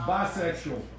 Bisexual